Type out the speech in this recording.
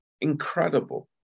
incredible